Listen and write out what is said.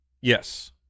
Yes